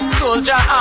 soldier